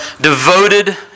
devoted